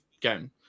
game